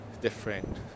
different